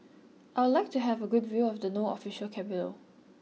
I would like to have a good view of No Official Capital